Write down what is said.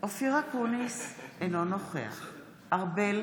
אופיר אקוניס, אינו נוכח משה ארבל,